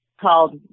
called